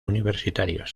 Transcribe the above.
universitarios